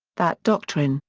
that doctrine,